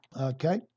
okay